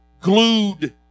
glued